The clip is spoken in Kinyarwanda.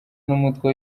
n’umutwe